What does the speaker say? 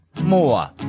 more